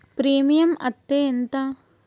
Premium అత్తే ఎంత?